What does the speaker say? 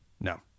No